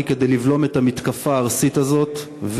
כדי לבלום את המתקפה הארסית הזאת.